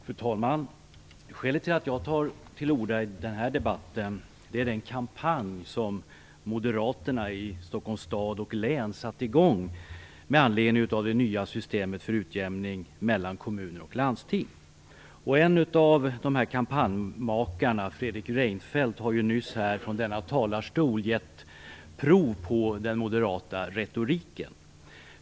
Fru talman! Skälet till att jag tar till orda i debatten är den kampanj som Moderaterna i Stockholms stad och län har satt i gång med anledning av det nya systemet för utjämning mellan kommuner och landsting. En av dessa kampanjmakare, Fredrik Reinfeldt, har nyss från denna talarstol gett prov på den moderata retoriken.